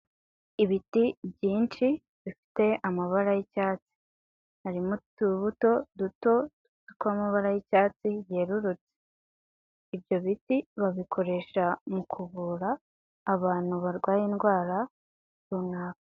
Ibiti byinshi bifite amabara y'icyatsi harimo utubuto duto tw'amabara y'icyatsi yerurutse ibyo biti babikoresha mu kuvura abantu barwaye indwara runaka.